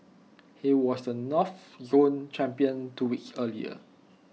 he was the north zone champion two weeks earlier